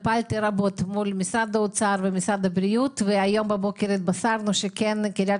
פעלתי רבות מול משרד האוצר ומשרד הבריאות והבוקר התבשרנו שבקריית